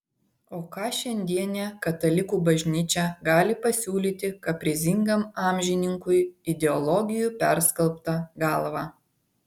o ką šiandienė katalikų bažnyčia gali pasiūlyti kaprizingam amžininkui ideologijų perskalbta galva